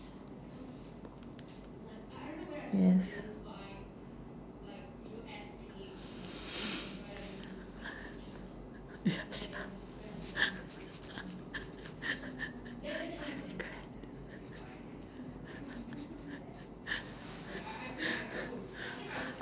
yes I regret